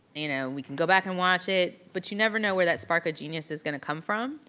you know, we can go back and watch it. but you never know where that spark of genius is gonna come from,